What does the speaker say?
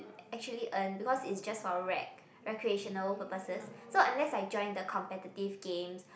actually earn because it's just for rec recreational purposes so unless I join the competitive games